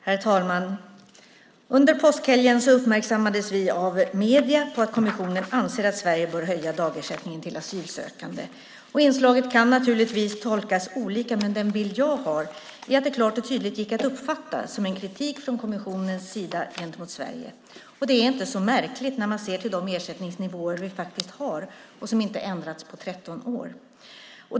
Herr talman! Under påskhelgen uppmärksammades vi av medierna på att kommissionen anser att Sverige bör höja dagersättningen till asylsökande. Inslaget kan naturligtvis tolkas olika, men den bild jag har är att det klart och tydligt gick att uppfatta som en kritik från kommissionen gentemot Sverige. Det är inte så märkligt när man ser till de ersättningsnivåer vi har och som inte ändrats på 13 år.